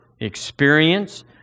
experience